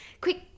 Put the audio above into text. quick